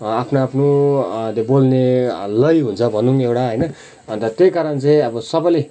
आफ्नो आफ्नो त्यो बोल्ने लय हुन्छ भनौँ एउटा होइन अन्त त्यही कारण चाहिँ